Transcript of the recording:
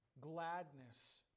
gladness